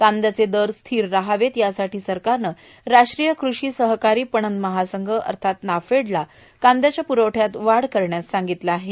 कांद्याचे दर स्थिर राहावेत यासाठी सरकारनं राष्ट्रीय कृषी सहकारी पणन महासंघ अर्थात नाफेडला कांद्याच्या पुरवठ्यात वाढ करण्यास सांगितलं आहे